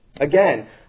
Again